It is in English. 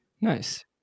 Nice